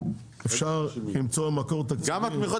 אפשר למצוא מקור תקציבי --- גם התמיכות